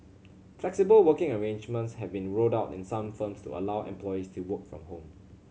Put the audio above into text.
flexible working arrangements have been rolled out in some firms to allow employees to work from home